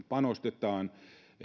panostetaan